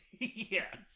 Yes